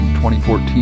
2014